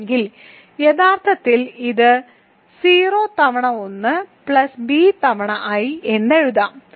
ഇല്ലെങ്കിൽ യഥാർത്ഥത്തിൽ നമുക്ക് ഇത് 0 തവണ 1 പ്ലസ് b തവണ i എന്ന് എഴുതാം